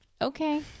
Okay